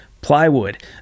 plywood